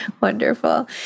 Wonderful